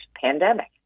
pandemic